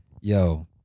yo